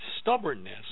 stubbornness